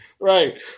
right